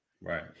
Right